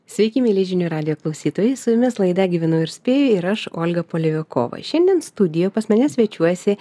sveiki mieli žinių radijo klausytojai su jumis laida gyvenu ir spėju ir aš olga paliokova šiandien studijoje pas mane svečiuojasi